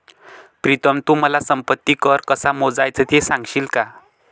प्रीतम तू मला संपत्ती कर कसा मोजायचा ते सांगशील का?